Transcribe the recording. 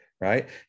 right